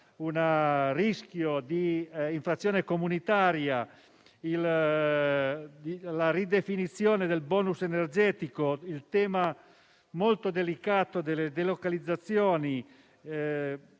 un rischio di infrazione comunitaria; la ridefinizione del *bonus* energetico; il tema molto delicato delle delocalizzazioni;